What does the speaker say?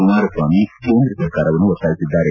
ಕುಮಾರಸ್ವಾಮಿ ಕೇಂದ್ರ ಸರ್ಕಾರವನ್ನು ಒತ್ತಾಯಿಸಿದ್ದಾರೆ